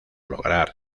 lograr